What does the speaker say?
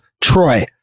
Troy